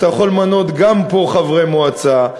אתה יכול למנות גם פה חברי מועצה,